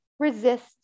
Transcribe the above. resist